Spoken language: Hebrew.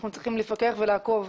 אנחנו צריכים לפקח ולעקוב.